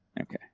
Okay